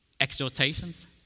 exhortations